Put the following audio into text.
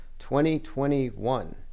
2021